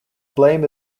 blame